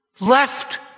Left